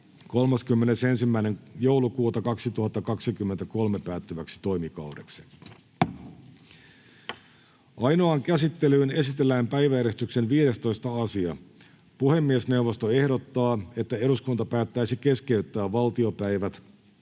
että vaali on yksimielinen. Ainoaan käsittelyyn esitellään päiväjärjestyksen 15. asia. Puhemiesneuvosto ehdottaa, että eduskunta päättäisi keskeyttää valtiopäivät